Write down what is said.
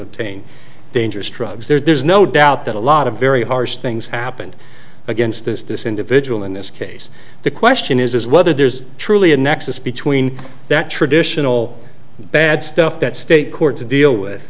obtain dangerous drugs there's no doubt that a lot of very harsh things happened against this this individual in this case the question is whether there's truly a nexus between that traditional bad stuff that state courts deal with